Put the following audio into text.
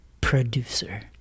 producer